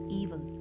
evil